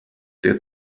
der